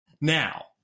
Now